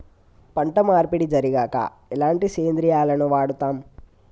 పంట మార్పిడి జరిగాక ఎలాంటి సేంద్రియాలను వాడుతం?